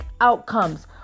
outcomes